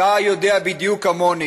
אתה יודע בדיוק כמוני